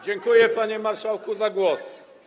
Dziękuję, panie marszałku, za głos.